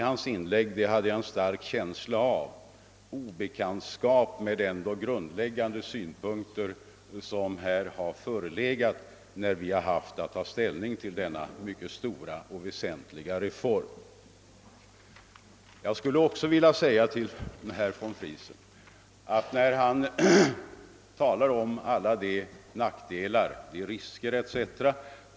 Hans inlägg tydde på obekantskap med de grundläggande synpunkter som förelegat när vi haft att ta ställning till denna mycket stora och väsentliga reform. När herr von Friesen talar om alla de nackdelar, de risker etc.